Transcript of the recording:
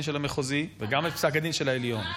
של המחוזי וגם את פסק הדין של העליון.